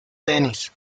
denis